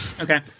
Okay